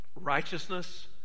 righteousness